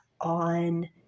on